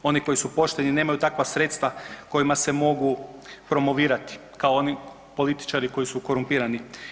Oni koji su pošteni nemaju takva sredstva kojima se mogu promovirati kao oni političari koji su korumpirani.